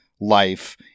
life